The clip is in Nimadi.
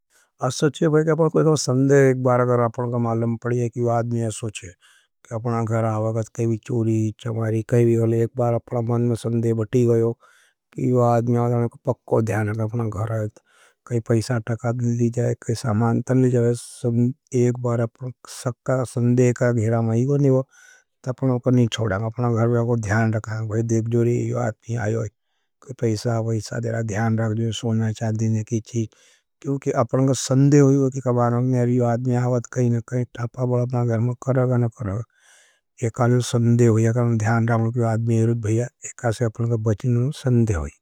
असो छे की भयो अप अपनको सनदे होई करवा नहीं, यो आदमे आवाद कही नहीं। कही टापा बड़ा अपना घर्मा करगा नहीं करगा एकालिए सन्दे होई। एकालिए ध्यान राहनों कि यो आदमे एरुद भाईया, एकालिए से अपनों का बचिनों सन्दे होई। तो जब एक कई भी चीज करना पड़ा, आसाद जगवनुच पड़ा था। एसाब एक रोटी चीज करना पड़ा, आसाद जगवनुच पड़ा था। नहीं है, हम रोटी कहम और अच्छे कहम। अपना मन में कैवी निरासाजर आई जाएगा।